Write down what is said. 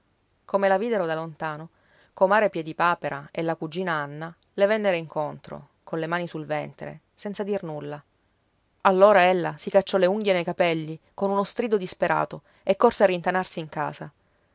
come la videro da lontano comare piedipapera e la cugina anna le vennero incontro colle mani sul ventre senza dir nulla allora ella si cacciò le unghie nei capelli con uno strido disperato e corse a rintanarsi in casa